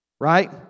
Right